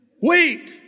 Wait